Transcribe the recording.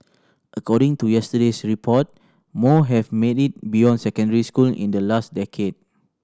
according to yesterday's report more have made it beyond secondary school in the last decade